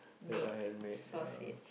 ya I handmade ya